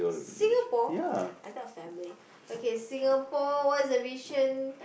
football I thought family okay Singapore what is the vision